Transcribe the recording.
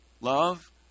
love